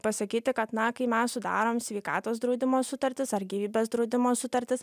pasakyti kad na kai mes sudarom sveikatos draudimo sutartis ar gyvybės draudimo sutartis